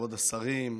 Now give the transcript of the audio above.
כבוד השרים,